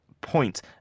point